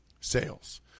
sales